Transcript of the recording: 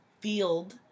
field